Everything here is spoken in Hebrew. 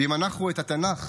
ואם אנחנו לא נכיר את התנ"ך,